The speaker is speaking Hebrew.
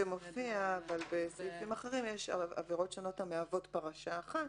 זה מופיע אבל בסעיפים אחרים יש עבירות שונות המהוות פרשה אחת